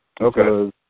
Okay